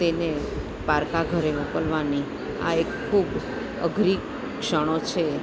તેને પારકા ઘરે મોકલવાની આ એક ખૂબ અઘરી ક્ષણો છે